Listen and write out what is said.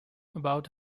about